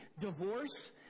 divorce